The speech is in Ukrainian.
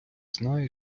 знає